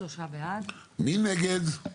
מי נגד?